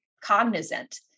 cognizant